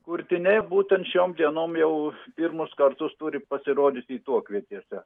kurtiniai būtent šiom dienom jau pirmus kartus turi pasirodyti tuokvietėse